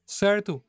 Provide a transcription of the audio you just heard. certo